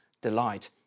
delight